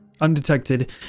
undetected